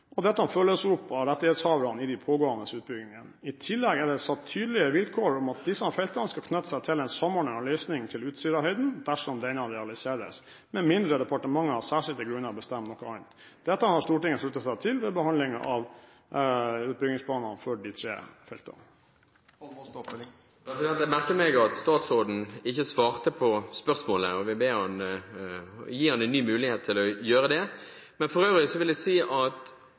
og dette følges opp av rettighetshaverne i de pågående utbyggingene. I tillegg er det satt tydelige vilkår om at disse feltene skal knytte seg til en samordnet løsning til Utsirahøyden dersom denne realiseres, med mindre departementet av særskilte grunner bestemmer noe annet. Dette har Stortinget sluttet seg til ved behandlingen av utbyggingsplanene for de tre feltene. Jeg merker meg at statsråden ikke svarte på spørsmålet, og vil gi ham en ny mulighet til å gjøre det. For øvrig vil jeg si at